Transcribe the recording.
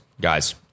guys